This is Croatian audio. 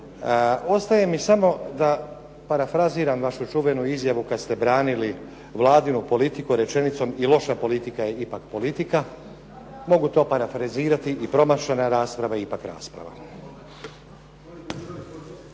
Ostaje mi samo da parafraziram vašu čuvenu izjavu kad ste branili vladinu politiku rečenicom "i loša politike je ipak politika". Mogu to parafrazirati i promašena je rasprava ipak rasprava.